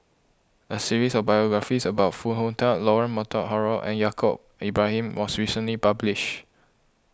a series of biographies about Foo Hong Tatt Leonard Montague Harrod and Yaacob Ibrahim was recently published